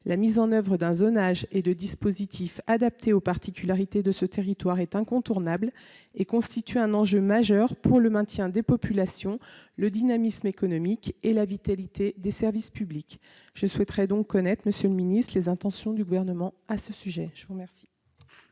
La mise en oeuvre d'un zonage et de dispositifs adaptés aux particularités de ce territoire est incontournable, et constitue un enjeu majeur pour le maintien des populations, le dynamisme économique et la vitalité des services publics. Je souhaiterais donc connaître les intentions du Gouvernement sur ces sujets. La parole